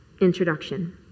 introduction